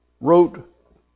wrote